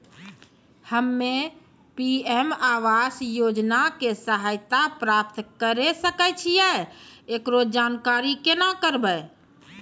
हम्मे पी.एम आवास योजना के सहायता प्राप्त करें सकय छियै, एकरो जानकारी केना करबै?